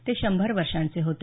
ते शंभर वर्षांचे होते